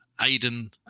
Aiden